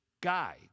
guy